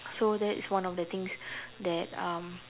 so that's one of the things that um